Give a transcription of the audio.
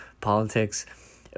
politics